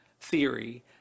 theory